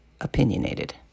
opinionated